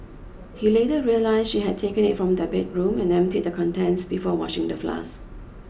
he later realise she had taken it from their bedroom and emptied the contents before washing the flask